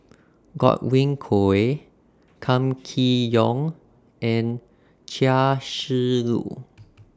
Godwin Koay Kam Kee Yong and Chia Shi Lu